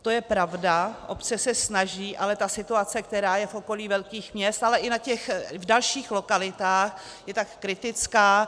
To je pravda, obce se snaží, ale situace, která je v okolí velkých měst, ale i v dalších lokalitách je tak kritická.